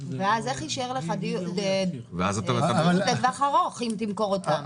אבל אז איך יישאר לך דיור לטווח ארוך אם תמכור אותם?